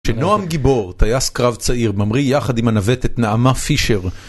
שנועם גיבור, טייס קרב צעיר, ממריא יחד עם הנווטת נעמה פישר